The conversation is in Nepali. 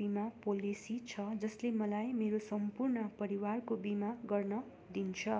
बिमा पोलिसी छ जसले मलाई मेरो सम्पूर्ण परिवारको बिमा गर्न दिन्छ